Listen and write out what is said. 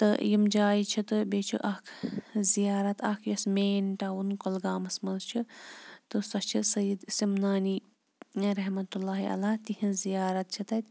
تہٕ یِم جایہِ چھِ تہٕ بیٚیہِ چھِ اَکھ زِیارت اَکھ یۄس مین ٹاوُن کۄلگامَس منٛز چھِ تہٕ سۄ چھِ سید سِمنانی یا رحمتہ اللہ علیہ تِہٕنٛز زِیارت چھِ تَتہِ